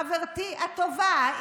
חברתי הטובה,